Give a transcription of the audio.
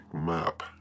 map